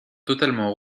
totalement